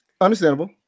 Understandable